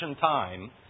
time